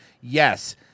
Yes